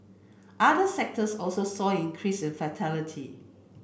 other sectors also saw an increase in fatality